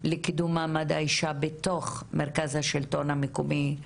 לקידום מעמד האישה בתוך מרכז השלטון המקומי,